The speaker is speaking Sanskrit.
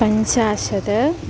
पञ्चाशत्